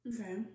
Okay